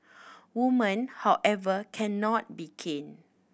women however cannot be caned